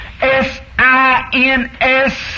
S-I-N-S